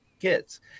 kids